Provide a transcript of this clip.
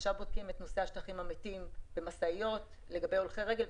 עכשיו בודקים את נושא השטחים המתים למשאיות לגבי הולכי רגל.